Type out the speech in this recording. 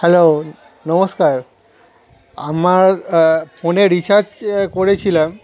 hello নমস্কার আমার ফোনে রিচার্জ করেছিলাম